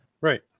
Right